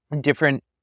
different